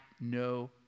no